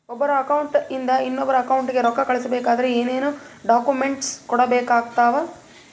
ಒಬ್ಬರ ಅಕೌಂಟ್ ಇಂದ ಇನ್ನೊಬ್ಬರ ಅಕೌಂಟಿಗೆ ರೊಕ್ಕ ಕಳಿಸಬೇಕಾದ್ರೆ ಏನೇನ್ ಡಾಕ್ಯೂಮೆಂಟ್ಸ್ ಬೇಕಾಗುತ್ತಾವ?